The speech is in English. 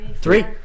three